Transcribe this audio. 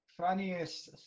Funniest